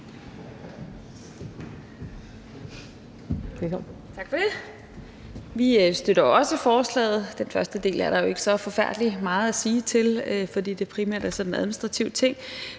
Vi støtter også forslaget. Den første del er der jo ikke så forfærdelig meget at sige til, fordi det primært er om administrative ting.